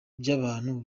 by’abantu